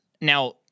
Now